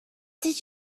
did